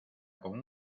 con